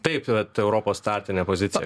taip europos startinė pozicija